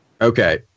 Okay